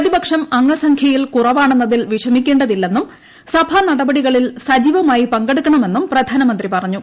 പ്രതിപക്ഷം അംഗസംഖ്യയിൽ കുറവാണ്ടെന്നത്ത്ൽ വിഷമിക്കേണ്ടതില്ലെന്നും സഭാനടപടികളിൽ സജീപ്പമായി പങ്കെടുക്കണമെന്നും പ്രധാനമന്ത്രി പറഞ്ഞു